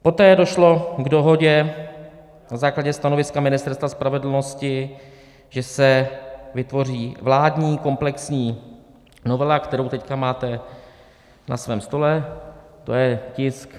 Poté došlo k dohodě na základě stanoviska Ministerstva spravedlnosti, že se vytvoří vládní komplexní novela, kterou teď máte na svém stole, to je tisk 984.